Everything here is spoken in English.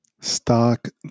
Stock